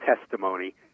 testimony